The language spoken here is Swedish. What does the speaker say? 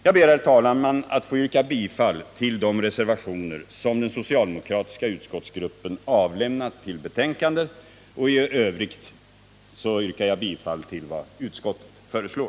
Jag ber, herr talman, att få yrka bifall till de reservationer som den socialdemokratiska utskottsgruppen avlämnat till betänkandet och i övrigt till vad utskottet föreslår.